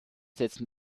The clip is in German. setzten